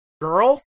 girl